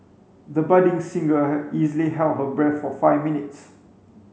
the budding singer easily held her breath for five minutes